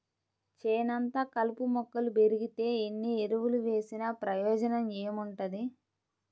చేనంతా కలుపు మొక్కలు బెరిగితే ఎన్ని ఎరువులు వేసినా ప్రయోజనం ఏముంటది